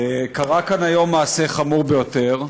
קרה כאן היום מעשה חמור ביותר.